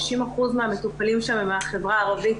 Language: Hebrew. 60% מהמטופלים שם הם מהחברה הערבית,